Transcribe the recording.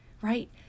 right